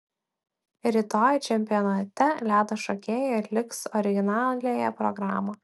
rytoj čempionate ledo šokėjai atliks originaliąją programą